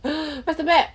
!huh! where's the map